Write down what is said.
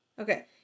Okay